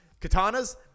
katanas